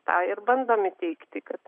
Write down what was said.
tą ir bandom įteigti kad